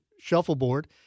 Shuffleboard